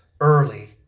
early